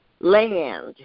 land